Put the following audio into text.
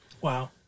Wow